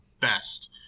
best